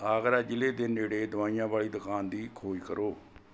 ਆਗਰਾ ਜ਼ਿਲ੍ਹੇ ਦੇ ਨੇੜੇ ਦਵਾਈਆਂ ਵਾਲ਼ੀ ਦੁਕਾਨ ਦੀ ਖੋਜ ਕਰੋ